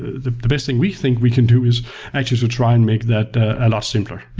the the best thing we think we can do is actually to try and make that a lot simpler.